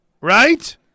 Right